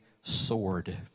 sword